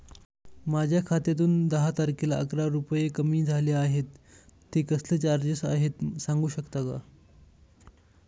माझ्या खात्यातून दहा तारखेला अकरा रुपये कमी झाले आहेत ते कसले चार्जेस आहेत सांगू शकता का?